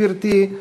גברתי,